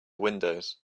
windows